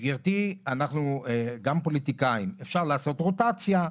גברתי, אנחנו גם פוליטיקאים, אפשר לעשות רוטציה.